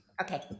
Okay